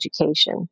education